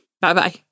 Bye-bye